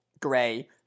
Gray